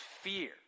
fear